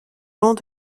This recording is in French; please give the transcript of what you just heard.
long